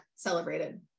Celebrated